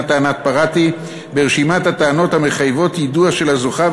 טענת "פרעתי" ברשימת הטענות המחייבות יידוע של הזוכה,